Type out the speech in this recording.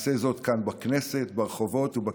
נעשה זאת כאן בכנסת, ברחובות ובכיכרות.